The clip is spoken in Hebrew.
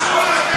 תתביישו לכם.